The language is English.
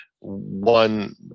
one